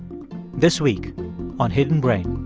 this week on hidden brain